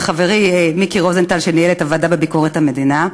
וחברי מיקי רוזנטל ניהל את דיון הוועדה לענייני ביקורת המדינה,